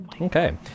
Okay